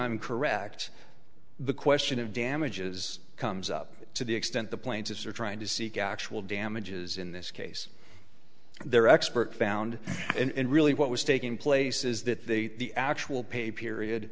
i'm correct the question of damages comes up to the extent the plaintiffs are trying to seek actual damages in this case their expert found and really what was taking place is that the actual pay period